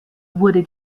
wurde